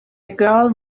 girl